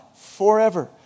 forever